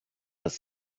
das